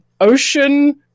ocean